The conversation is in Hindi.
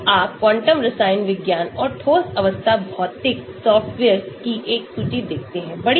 तो आप क्वांटम रसायन विज्ञान और ठोस अवस्था भौतिकी सॉफ्टवेयर्स की एक सूची देखते हैं